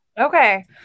Okay